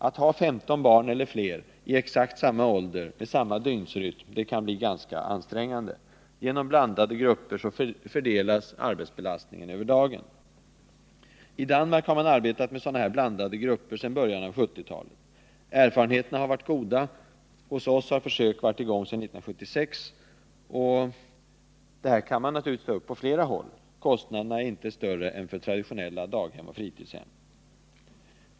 Att ha 15 barn eller fler i exakt samma ålder, med samma dygnsrytm, kan bli ganska ansträngande. Genom blandade grupper fördelas belastningen över dagen. I Danmark har man arbetat med sådana här blandade grupper sedan början av 1970-talet. Erfarenheterna har varit goda. Hos oss har försök varit i gång sedan 1976. Det här kan man ta upp på flera håll. Kostnaderna är inte större än för traditionella daghem och fritidshem.